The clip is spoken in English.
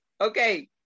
Okay